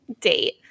date